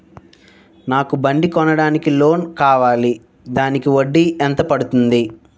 నాకు బండి కొనడానికి లోన్ కావాలిదానికి వడ్డీ ఎంత పడుతుంది?